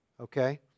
okay